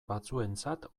batzuentzat